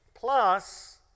Plus